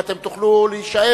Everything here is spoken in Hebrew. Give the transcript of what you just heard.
אם אתם תוכלו להישאר,